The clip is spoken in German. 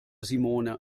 simone